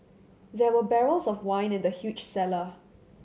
there were barrels of wine in the huge cellar